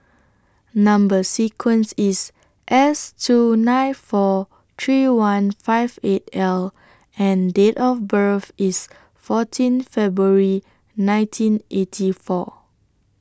Number sequence IS S two nine four three one five eight L and Date of birth IS fourteen February nineteen eighty four